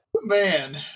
man